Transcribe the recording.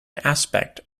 aspect